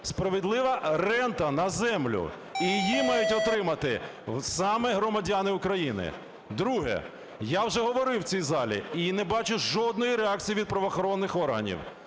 справедлива рента на землю. І її мають отримати саме громадяни України. Друге. Я вже говорив в цій залі і не бачу жодної реакції від правоохоронних органів.